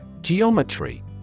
Geometry